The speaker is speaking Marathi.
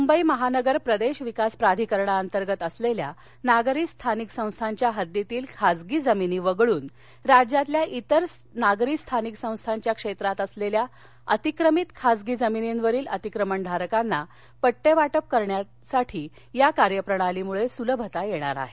मुंबई महानगर प्रदेश विकास प्राधिकरणांतर्गत असलेल्या नागरी स्थानिक संस्थांच्या हद्दीतील खासगी जमिनी वगळून राज्यातील इतर नागरी स्थानिक संस्थांच्या क्षेत्रात असलेल्या अतिक्रमित खासगी जमिनींवरील अतिक्रमणधारकांना पट्टेवाटप करण्यासाठी या कार्यप्रणालीमुळे सुलभता येणार आहे